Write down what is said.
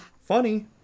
funny